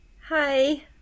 Hi